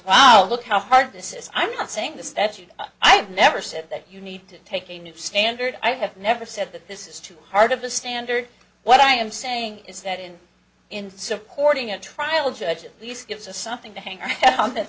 wow look how hard this is i'm not saying the statute i have never said that you need to take a new standard i have never said that this is too hard of the standard what i am saying is that and in supporting a trial judge at least gives us something to hang our hat